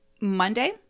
Monday